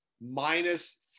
minus